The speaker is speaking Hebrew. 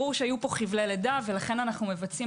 ברור שהיו פה חבלי לידה ולכן אנו מבצעים